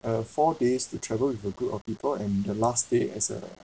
uh four days to travel with a group of people and the last day as a